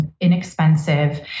inexpensive